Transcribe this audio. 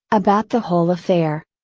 about the whole affair.